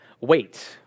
Wait